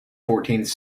fourteenth